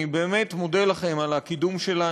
אני באמת מודה לכם על הקידום שלה.